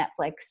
Netflix